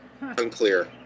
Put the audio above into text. unclear